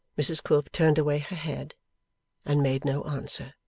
mrs quilp turned away her head and made no answer.